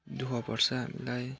दुःख पर्छ हामीलाई